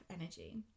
energy